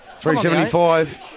375